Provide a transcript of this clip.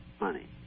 money